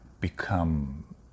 become